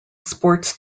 sports